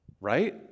Right